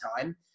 time